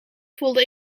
voelde